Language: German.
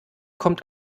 kommt